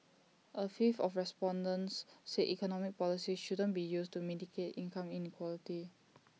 A fifth of respondents said economic policies shouldn't be used to mitigate income inequality